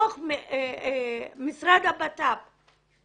במשרד לביטחון פנים נמצאת